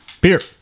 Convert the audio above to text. Beer